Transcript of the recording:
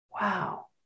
Wow